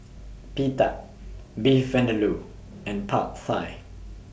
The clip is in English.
Pita Beef Vindaloo and Pad Fine